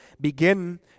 begin